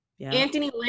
Anthony